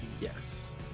Yes